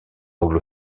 anglo